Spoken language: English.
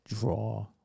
draw